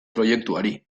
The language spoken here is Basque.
proiektuari